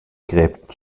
gräbt